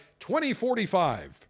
2045